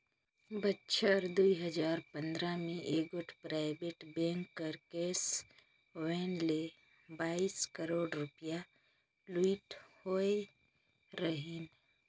बछर दुई हजार पंदरा में एगोट पराइबेट बेंक कर कैस वैन ले बाइस करोड़ रूपिया लूइट होई रहिन